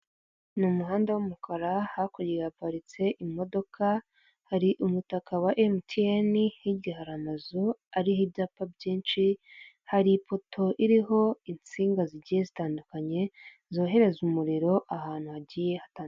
Ni umuhanda w'umukara hakurya haparitse imodoka, hari umutaka wa emutiyene hirya hari amazu ariho ibyapa byinshi, hari ipoto iriho insinga zigiye zitandukanye zohereza umuriro ahantu hagiye hatandukanye.